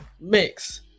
mix